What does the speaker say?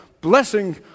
blessing